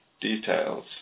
details